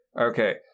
Okay